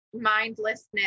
mindlessness